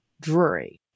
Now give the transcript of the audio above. Drury